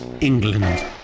England